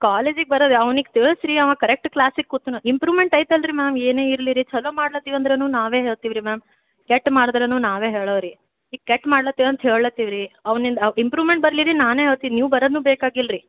ಕಾಲೇಜಿಗೆ ಬರೋದು ಅವ್ನಿಗೆ ತಿಳ್ಸಿ ರೀ ಅವ ಕರೆಕ್ಟ್ ಕ್ಲಾಸಿಗೆ ಕೂತನ ಇಂಪ್ರೂಮೆಂಟ್ ಐತಲ್ಲ ರೀ ಮ್ಯಾಮ್ ಏನೇ ಇರಲಿ ರೀ ಛಲೋ ಮಾಡ್ಲತ್ತಿವಿ ಅಂದ್ರೂ ನಾವೇ ಹೇಳ್ತೀವಿ ರೀ ಮ್ಯಾಮ್ ಕೆಟ್ಟ ಮಾಡಿದ್ರೂ ನಾವೇ ಹೇಳೋರು ರೀ ಈಗ ಕೆಟ್ಟ ಮಾಡ್ಲತ್ತೀವಿ ಅಂತ ಹೇಳತ್ತೀವಿ ರೀ ಅವ್ನಿಂದ ಅವ ಇಂಪ್ರೂಮೆಂಟ್ ಬರಲಿ ರೀ ನಾನೇ ಹೇಳ್ತಿನ್ ನೀವು ಬರದೂ ಬೇಕಾಗಿಲ್ಲ ರೀ